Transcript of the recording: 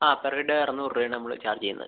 ആ per head അറുന്നൂറ് രൂപയാണ് നമ്മൾ ചാർജ് ചെയ്യുന്നത്